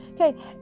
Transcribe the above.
Okay